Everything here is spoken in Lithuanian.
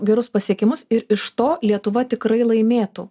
gerus pasiekimus ir iš to lietuva tikrai laimėtų